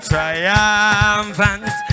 Triumphant